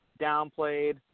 downplayed